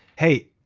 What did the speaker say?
hey,